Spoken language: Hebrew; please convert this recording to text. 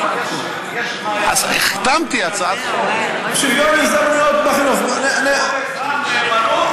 אבל יש תנאי אחד: נאמנות למדינת ישראל.